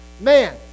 Man